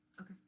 okay